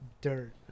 dirt